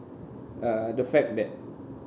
uh the fact that